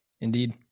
Indeed